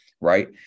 Right